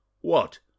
What